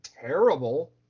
terrible